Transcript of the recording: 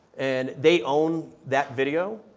and they own that video,